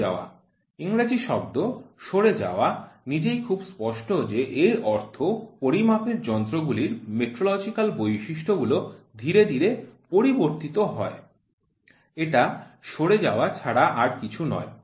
সরে যাওয়া ইংরাজী শব্দ সরে যাওয়া নিজেই খুব স্পষ্ট যে এর অর্থ পরিমাপের যন্ত্র গুলির মেট্রলজিক্যাল বৈশিষ্টগুলো ধীরে ধীরে পরিবর্তন হয় এটা সরে যাওয়া ছাড়া আর কিছু নয়